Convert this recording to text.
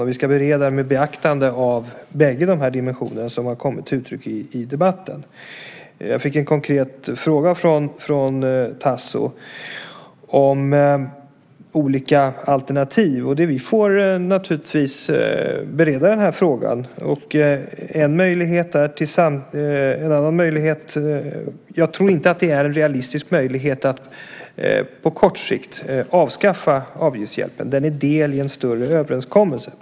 Vi ska också bereda den med beaktande av bägge de dimensioner som har kommit till uttryck i debatten. Jag fick en konkret fråga från Tasso om olika alternativ. Vi får naturligtvis bereda den frågan. Jag tror inte att det är en realistisk möjlighet att på kort sikt avskaffa avgiftshjälpen. Den är en del i en större överenskommelse.